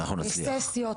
ססיות,